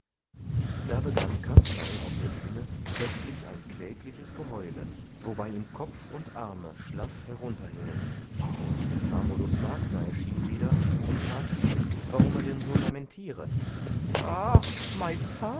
da begann kasperl auf der bühne plötzlich ein klägliches geheule wobei ihm kopf und arme schlaff herunterhingen und der famulus wagner erschien wieder und fragte ihn warum er denn so lamentiere ach